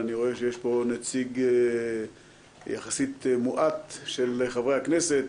אני רואה שיש פה נציגות יחסית מועט של חברי הכנסת.